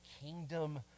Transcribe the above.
kingdom